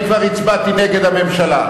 אני כבר הצבעתי נגד הממשלה.